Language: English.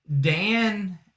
Dan